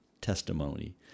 testimony